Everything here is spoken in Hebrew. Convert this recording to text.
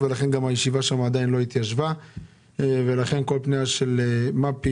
שינויים בתקציב לשנת 2021. פנייה מספר 99,